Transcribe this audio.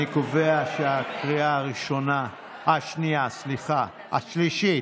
אני קובע שההצעה עברה בקריאה השלישית,